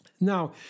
Now